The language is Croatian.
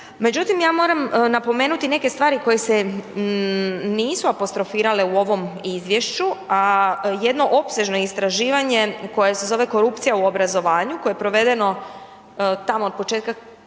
Međutim, ja moram napomenuti neke stvari koje se nisu apostrofirale u ovom izvješću a jedno opsežno istraživanje koje se zove korupcija u obrazovanju, koje je provedeno, tamo od početka, od